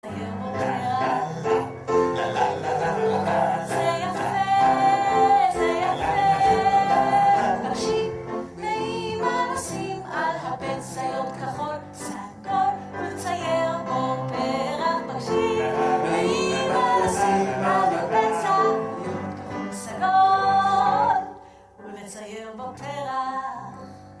זה יפה, זה יפה, תקשיב לאמא נשים על הפצע יוד כחול סגול ונצייר בו פרח, תקשיב לאמא נשים על הפצע יוד סגול ונצייר בו פרח.